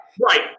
Right